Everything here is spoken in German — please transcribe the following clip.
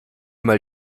mal